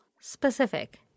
specific